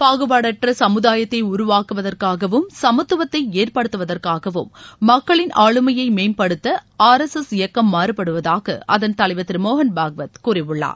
பாகுபாடற்ற சமுதாயத்தை உருவாக்குவதற்கூகவும் சமத்துவத்தை ஏற்படுத்துவதற்காகவும் மக்களின் ஆளுமையை மேம்படுத்த ஆர் எஸ் எஸ் இயக்கம் மாறுபடுவதாக அதன் தலைவர் திரு மோகன் பாக்வத் கூறியுள்ளார்